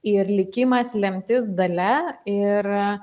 ir likimas lemtis dalia ir